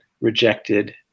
rejected